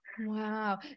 wow